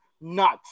nuts